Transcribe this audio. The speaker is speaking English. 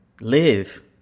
live